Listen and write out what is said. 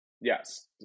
Yes